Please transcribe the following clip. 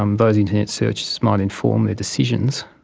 um those internet searches might inform their decisions,